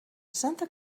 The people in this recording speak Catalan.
santa